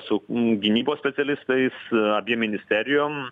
su gynybos specialistais abiem ministerijom